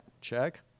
Check